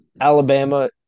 Alabama